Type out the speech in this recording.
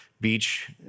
beach